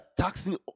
taxing